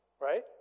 right